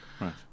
right